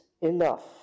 enough